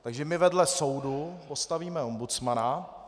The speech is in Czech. Takže my vedle soudu postavíme ombudsmana.